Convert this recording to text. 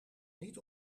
niet